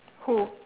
who